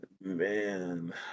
man